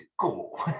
cool